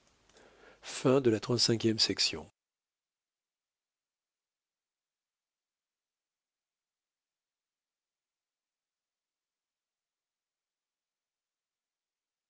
pour la cinquième